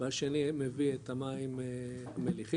והשני מביא את המים המליחים.